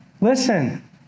listen